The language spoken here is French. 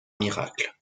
miracle